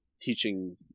teaching